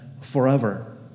forever